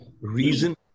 reason